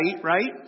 right